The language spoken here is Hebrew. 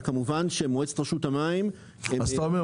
וכמובן שמועצת רשות המים -- אז אתה אומר,